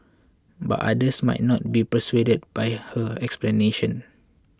but others might not be so persuaded by her explanation